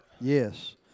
Yes